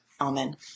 Amen